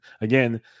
again